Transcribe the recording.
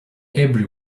every